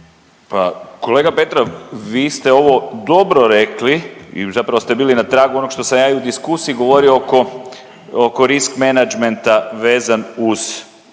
Pa kolega Petrov vi ste ovo dobro rekli i zapravo ste bili na tragu onog što sam ja i u diskusiji govorio oko risk managementa vezan uz